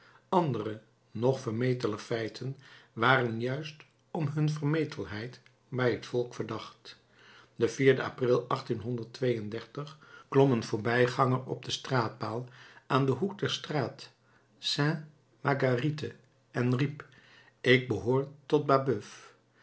andere nog vermeteler feiten waren juist om hun vermetelheid bij het volk verdacht de april klom een voorbijganger op den straatpaal aan den hoek der straat st marguérite en riep ik behoor tot